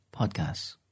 podcasts